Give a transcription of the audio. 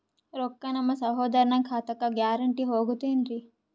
ರೊಕ್ಕ ನಮ್ಮಸಹೋದರನ ಖಾತಕ್ಕ ಗ್ಯಾರಂಟಿ ಹೊಗುತೇನ್ರಿ?